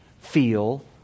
feel